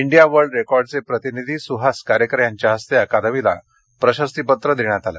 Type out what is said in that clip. India world रेकॉर्डचे प्रतिनिधी सुहास कारेकर यांच्या हस्ते अकादमीला प्रशस्तीपत्र देण्यात आले